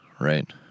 right